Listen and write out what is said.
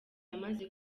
yamaze